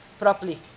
properly